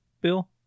Bill